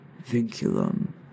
Vinculum